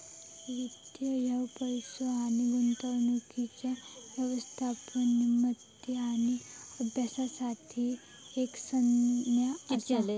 वित्त ह्या पैसो आणि गुंतवणुकीच्या व्यवस्थापन, निर्मिती आणि अभ्यासासाठी एक संज्ञा असा